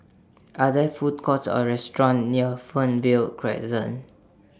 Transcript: Are There Food Courts Or restaurants near Fernvale Crescent